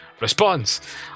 Response